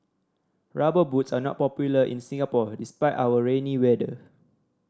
Rubber Boots are not popular in Singapore despite our rainy weather